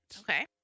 Okay